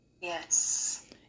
Yes